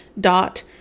dot